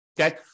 Okay